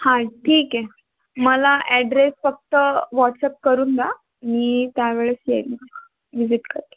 हां ठीक आहे मला ॲड्रेस फक्त व्हॉटसअप करून द्या मी त्यावेळेस येईल व्हिजिट करेल